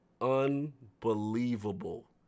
Unbelievable